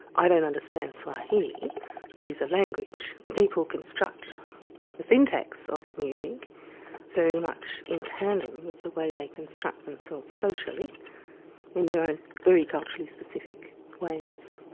i don't understand swahili it is a language. people construct the syntax of music very much in tandem with the way they construct themselves socially in their own very culturally specific ways.